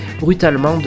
brutalement